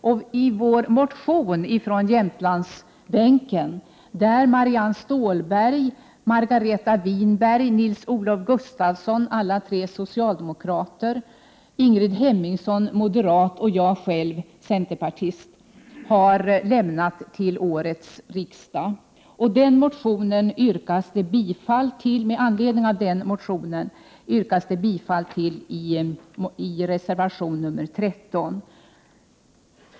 Det gör vi också i motionen till årets riksmöte från Jämtlandsbänken — undertecknad av Marianne Stålberg, Margareta Winbérg och Nils-Olof Gustafsson, alla tre socialdemokrater, Ingrid Hemmingsson, moderat, och av mig själv, centerpartist — och som det yrkas bifall till i reservation 13.